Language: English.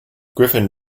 griffin